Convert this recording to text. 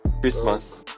Christmas